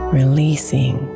releasing